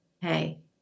hey